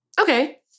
Okay